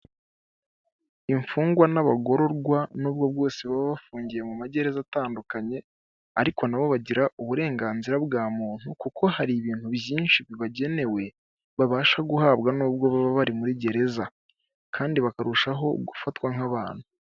Imfungwa n'abagororwa nubwo bwose baba bafungiye mu magereza atandukanye, ariko na bo bagira uburenganzira bwa muntu kuko hari ibintu byinshi bibagenewe, babasha guhabwa nubwo baba bari muri gereza kandi bakarushaho gufatwa nk'abantu.